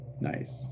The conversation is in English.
Nice